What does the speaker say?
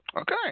Okay